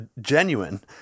genuine